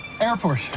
Airport